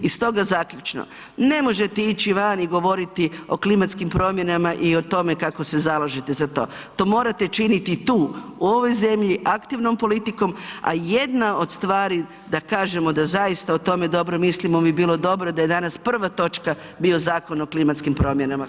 I stoga zaključno, ne možete ići van i govoriti o klimatskim promjenama i o tome kako se zalažete za to, to morate činiti tu u ovoj zemlji aktivnom politikom, a jedna od stvari da kažemo da zaista o tome dobro mislimo bi bilo dobro da je danas prva točka bio Zakon o klimatskim promjenama.